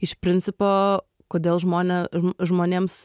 iš principo kodėl žmone žmonėms